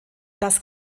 das